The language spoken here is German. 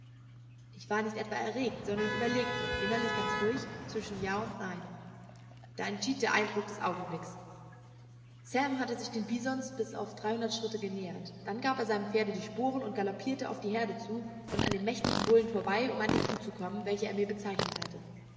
ich war nicht etwa erregt sondern überlegte innerlich ganz ruhig zwischen ja und nein da entschied der eindruck des augenblickes sam hatte sich den bisons bis auf dreihundert schritte genähert dann gab er seinem pferde die sporen und galoppierte auf die herde zu und an dem mächtigen bullen vorbei um an die kuh zu kommen welche er mir bezeichnet hatte